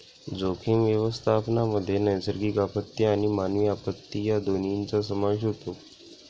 जोखीम व्यवस्थापनामध्ये नैसर्गिक आपत्ती आणि मानवी आपत्ती या दोन्हींचा समावेश होतो